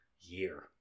year